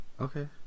Okay